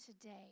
today